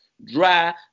dry